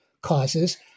Causes